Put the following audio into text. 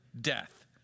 Death